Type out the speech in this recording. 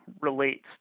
relates